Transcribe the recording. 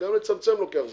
גם לצמצם לוקח זמן.